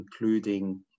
including